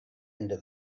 into